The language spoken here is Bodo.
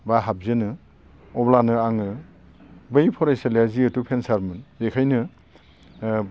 बा हाबजेनो अब्लानो आङो बै फरायसालिया जिहेथु भेनसारमोन बिखायनो ओ